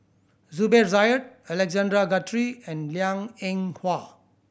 Zubir Said Alexander Guthrie and Liang Eng Hwa